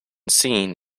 seen